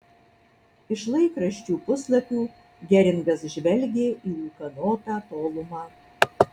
iš laikraščių puslapių geringas žvelgė į ūkanotą tolumą